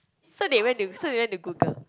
so they went to so they went to Google